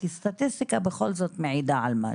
כי סטטיסטיקה בכל זאת מעידה על משהו.